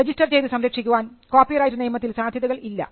register ചെയ്ത് സംരക്ഷിക്കുവാൻ copyright നിയമത്തിൽ സാധ്യതകൾ ഇല്ല